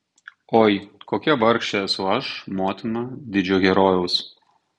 oi kokia vargšė esu aš motina didžio herojaus